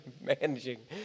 managing